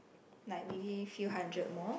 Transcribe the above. like maybe few hundred more